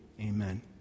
Amen